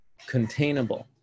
containable